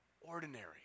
ordinary